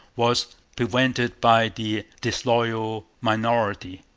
was prevented by the disloyal minority,